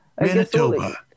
Manitoba